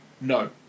no